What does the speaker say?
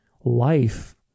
life